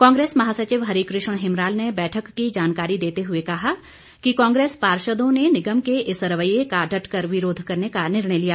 कांग्रेस महासचिव हरिकृष्ण हिमराल ने बैठक की जानकारी देते हुए कहा कि कांग्रेस पार्षदों ने निगम के इस रवैये का डटकर विरोध करने का निर्णय लिया